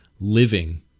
living